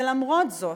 ולמרות זאת,